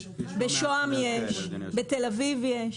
בשוהם יש, בתל אביב יש.